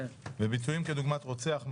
ומקרים כדוגמת "רוצח",